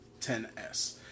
10S